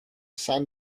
san